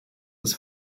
das